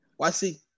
YC